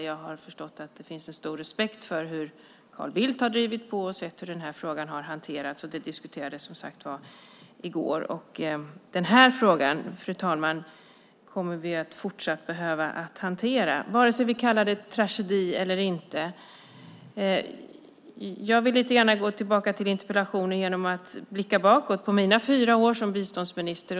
Jag har förstått att det finns stor respekt för hur Carl Bildt drivit och hanterat frågan, och den diskuterades som sagt i går. Den frågan kommer vi fortsatt att behöva hantera antingen vi kallar den tragedi eller inte. Jag vill gå tillbaka till interpellationen och lite grann blicka bakåt på mina fyra år som biståndsminister.